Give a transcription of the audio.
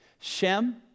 Shem